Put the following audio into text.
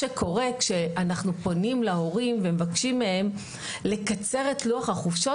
כשאנחנו פונים להורים ומבקשים מהם לקצר את לוח החופשות